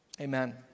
Amen